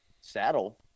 saddle